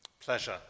Pleasure